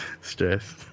Stress